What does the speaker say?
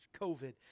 COVID